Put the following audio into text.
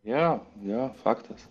jo jo faktas